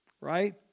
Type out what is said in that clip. right